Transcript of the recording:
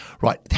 Right